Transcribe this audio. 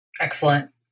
Excellent